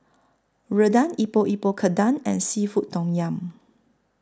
Rendang Epok Epok Kentang and Seafood Tom Yum